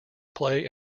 play